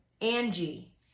Angie